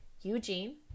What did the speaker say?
Eugene